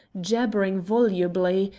jabbering volubly,